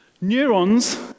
Neurons